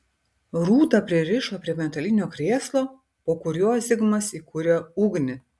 rūtą pririšo prie metalinio krėslo po kuriuo zigmas įkūrė ugnį